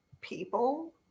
People